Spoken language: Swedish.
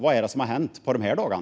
Vad är det som har hänt på de här dagarna?